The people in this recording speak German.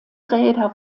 räder